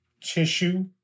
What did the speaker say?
tissue